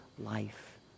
Life